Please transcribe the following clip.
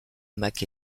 mac